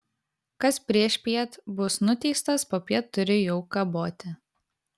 kas priešpiet bus nuteistas popiet turi jau kaboti